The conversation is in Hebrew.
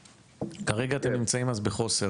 --- מעוז, כרגע, אתם נמצאים אז בחוסר